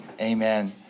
Amen